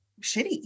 shitty